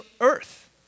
earth